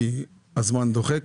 כי הזמן דוחק.